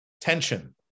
tension